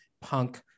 punk